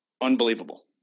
unbelievable